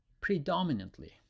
predominantly